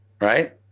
right